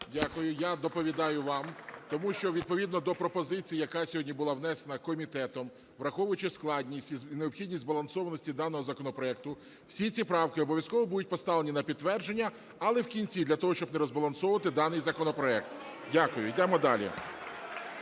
Дякую. Я доповідаю вам. Тому що відповідно до пропозиції, яка сьогодні була внесена комітетом, враховуючи складність і необхідність збалансованості даного законопроекту всі ці правки обов'язково будуть поставлені на підтвердження, але в кінці, для того, щоб не розбалансовувати даний законопроект. Дякую. Йдемо далі.